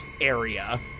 area